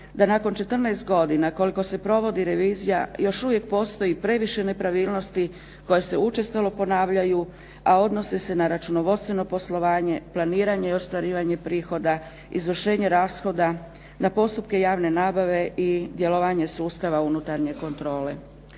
da nakon 14 godina koliko se provodi revizija još uvijek postoji previše nepravilnosti koje se učestalo ponavljaju a odnose se na računovodstveno poslovanje, planiranje i ostvarivanje prihoda, izvršenje rashoda, na postupke javne nabave i djelovanje sustava unutarnje kontrole.